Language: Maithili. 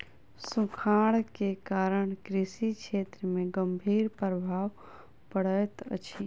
सूखाड़ के कारण कृषि क्षेत्र में गंभीर प्रभाव पड़ैत अछि